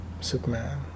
Superman